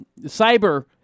cyber